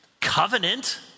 covenant